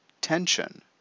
tension